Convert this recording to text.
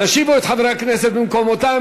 תושיבו את חברי הכנסת במקומותיהם.